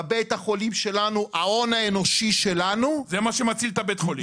בבית החולים שלנו ההון האנושי שלנו --- זה מה שמציל את בית החולים.